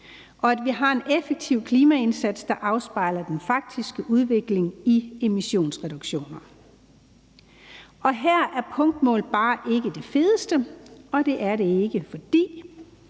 og at vi har en effektiv klimaindsats, der afspejler den faktiske udvikling i emissionsreduktionerne. Og her er punktmål bare ikke det fedeste, og det er det ikke, fordi